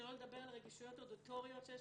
שלא לדבר על רגישויות אודיטוריות שיש